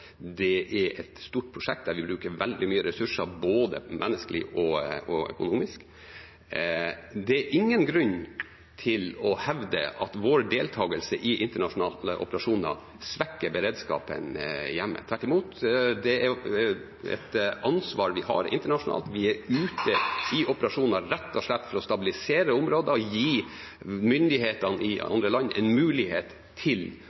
Det er et stort prosjekt der vi bruker veldig mye ressurser, både menneskelig og økonomisk. Det er ingen grunn til å hevde at vår deltakelse i internasjonale operasjoner svekker beredskapen hjemme, tvert imot. Det er et ansvar vi har internasjonalt. Vi er ute i operasjoner rett og slett for å stabilisere områder og gi myndighetene i andre land en mulighet til